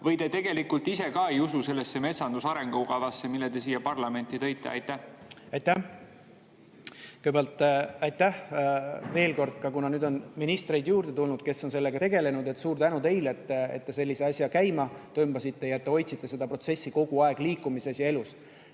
või te tegelikult ise ka ei usu sellesse metsanduse arengukavasse, mille te siia parlamenti tõite? Aitäh! Kõigepealt aitäh veel kord! Kuna nüüd on ministreid juurde tulnud, kes on sellega tegelenud, ütlen suur tänu teile, et te sellise asja käima tõmbasite ning hoidsite seda protsessi kogu aeg liikumises ja elus.